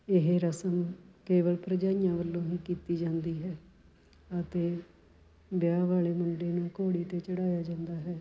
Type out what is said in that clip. ਇਹ ਰਸਮ ਕੇਵਲ ਭਰਜਾਈਆਂ ਵੱਲੋਂ ਹੀ ਕੀਤੀ ਜਾਂਦੀ ਹੈ ਅਤੇ ਵਿਆਹ ਵਾਲੇ ਮੁੰਡੇ ਨੂੰ ਘੋੜੀ 'ਤੇ ਚੜ੍ਹਾਇਆ ਜਾਂਦਾ ਹੈ